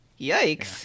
yikes